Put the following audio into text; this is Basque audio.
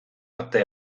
arte